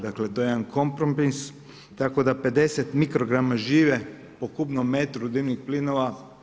Dakle, to je jedan kompromis, tako da 50 mikrograma žive po kubnom metru dimnih plinova.